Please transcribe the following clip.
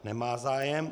Nemá zájem.